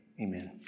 Amen